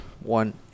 One